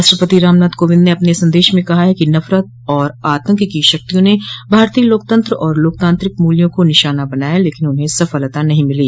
राष्ट्रपति रामनाथ कोविंद ने अपने संदेश में कहा है कि नफरत और आतंक की शक्तियों ने भारतीय लोकतंत्र और लोकतांत्रिक मूल्यों को निशाना बनाया लेकिन उन्हें सफलता नहीं मिली